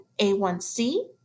A1C